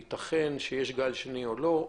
ייתכן שיש גל שני או לא.